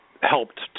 helped